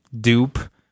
dupe